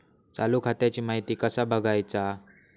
चालू खात्याची माहिती कसा बगायचा?